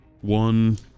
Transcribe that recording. one